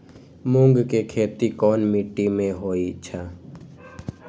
मूँग के खेती कौन मीटी मे होईछ?